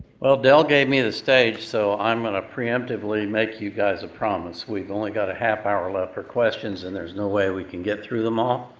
del gave me the stage, so i am gonna preemptively make you guys a promise. we've only got a half hour left for questions and there's no way we can get through them all.